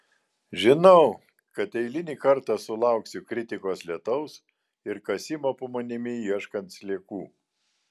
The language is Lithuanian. žinau kad eilinį kartą sulauksiu kritikos lietaus ir kasimo po manimi ieškant sliekų